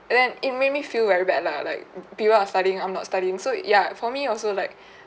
and then it made me feel very bad lah like p~ people are studying I'm not studying so ya for me it was so like